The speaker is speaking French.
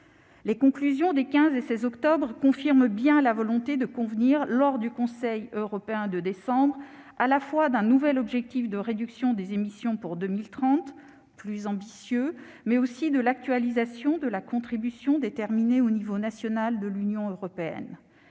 Les conclusions des 15 et 16 octobre confirment bien la volonté de convenir lors du Conseil européen de décembre, à la fois d'un nouvel objectif de réduction des émissions pour 2030 plus ambitieux, mais aussi de l'actualisation de la contribution déterminée au niveau national de l'Union européenne,